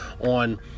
on